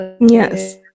Yes